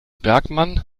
bergmann